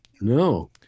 No